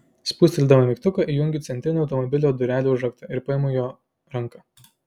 spustelėdama mygtuką įjungiu centrinį automobilio durelių užraktą ir paimu jo ranką